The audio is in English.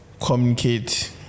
communicate